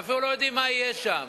אתם אפילו לא יודעים מה יהיה שם.